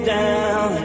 down